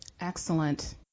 Excellent